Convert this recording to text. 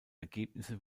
ergebnisse